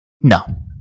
No